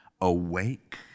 awake